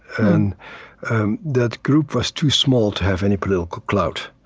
and that group was too small to have any political clout.